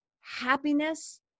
happiness